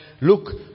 Look